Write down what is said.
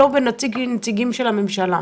לא בנציגים של הממשלה,